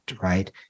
right